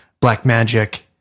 Blackmagic